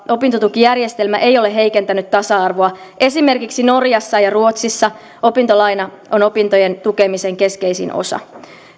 opintotukijärjestelmä ei ole heikentänyt tasa arvoa esimerkiksi norjassa ja ruotsissa opintolaina on opintojen tukemisen keskeisin osa